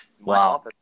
Wow